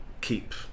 keep